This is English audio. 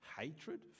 hatred